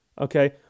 Okay